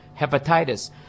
hepatitis